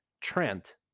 Trent